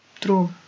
True